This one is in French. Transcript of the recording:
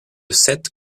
sept